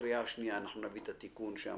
לקראת הקריאה השנייה נביא את התיקון שאמרנו,